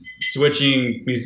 switching